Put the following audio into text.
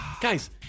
guys